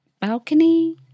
balcony